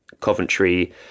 Coventry